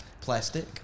Plastic